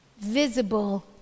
visible